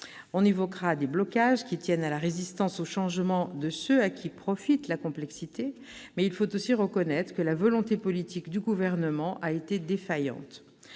On évoquera des blocages, qui tiennent à la résistance au changement de ceux à qui profite la complexité, mais il faut aussi reconnaître que la volonté politique du Gouvernement a été défaillante.